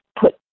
put